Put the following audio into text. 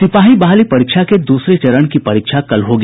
सिपाही बहाली परीक्षा के दूसरे चरण की परीक्षा कल होगी